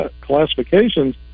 classifications